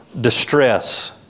distress